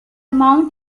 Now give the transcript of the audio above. mount